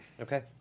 Okay